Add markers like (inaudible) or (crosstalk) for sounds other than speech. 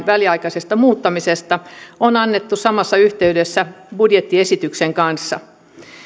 (unintelligible) väliaikaisesta muuttamisesta on annettu samassa yhteydessä budjettiesityksen kanssa